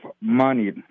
money